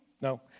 No